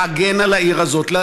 להגן על העיר הזאת,